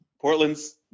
Portland's